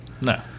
No